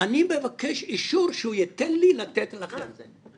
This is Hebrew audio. אני מבקש אישור שהוא ייתן לי לתת לכם.